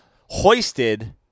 hoisted